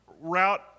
route